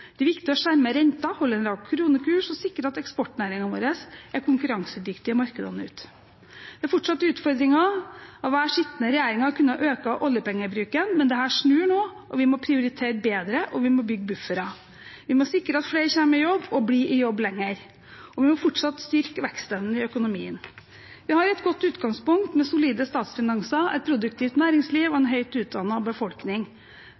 Det er viktig å skjerme renten, holde en lav kronekurs og sikre at eksportnæringene våre er konkurransedyktige i markedene ute. Det er fortsatt utfordringer. Hver sittende regjering har kunnet øke oljepengebruken. Det snur nå. Vi må prioritere bedre, og vi må bygge buffere. Vi må sikre at flere kommer i jobb og blir i jobb lenger, og vi må fortsatt styrke vekstevnen i økonomien. Vi har et godt utgangspunkt med solide statsfinanser, et produktivt næringsliv og en høyt utdannet befolkning.